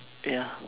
ya